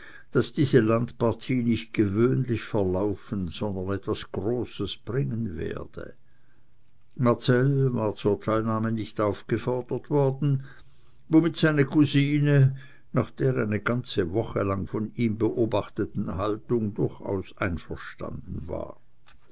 daß diese landpartie nicht gewöhnlich verlaufen sondern etwas großes bringen werde marcell war zur teilnahme nicht aufgefordert worden womit seine cousine nach der eine ganze woche lang von ihm beobachteten haltung durchaus einverstanden war